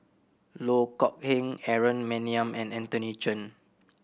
Loh Kok Heng Aaron Maniam and Anthony Chen